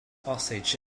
osage